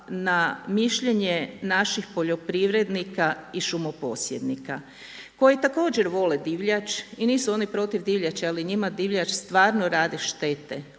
na mišljenje naših poljoprivrednika i šumoposjednika koji također vole divljač i nisu oni protiv divljači ali njima divljač stvarno rade štete,